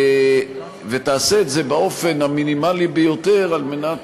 ותעשה את זה באופן המינימלי ביותר על מנת